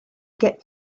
get